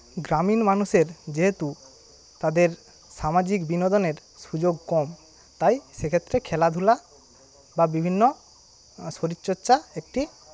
গ্রামীণ মানুষের যেহেতু তাদের সামাজিক বিনোদনের সুযোগ কম তাই সেক্ষেত্রে খেলাধুলা বা বিভিন্ন শরীরচর্চা একটি